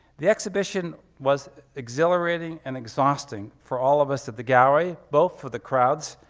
the exhibition was exhilerating and exhausting for all of us at the gallery, both for the crowds,